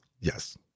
Yes